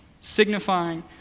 signifying